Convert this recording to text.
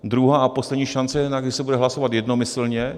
Druhá a poslední šance, kde se bude hlasovat jednomyslně?